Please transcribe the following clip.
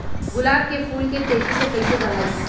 गुलाब के फूल के तेजी से कइसे बढ़ाई?